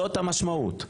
זאת המשמעות.